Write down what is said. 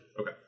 Okay